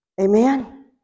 Amen